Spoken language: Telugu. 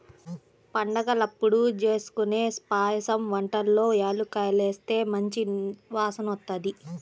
పండగలప్పుడు జేస్కొనే పాయసం వంటల్లో యాలుక్కాయాలేస్తే మంచి వాసనొత్తది